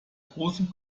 großen